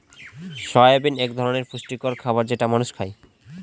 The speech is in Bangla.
সয়াবিন এক ধরনের পুষ্টিকর খাবার যেটা মানুষ খায়